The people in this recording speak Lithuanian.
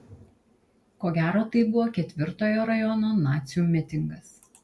ko gero tai buvo ketvirtojo rajono nacių mitingas